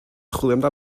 chwilio